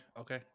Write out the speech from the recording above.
Okay